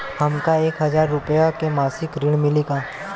हमका एक हज़ार रूपया के मासिक ऋण मिली का?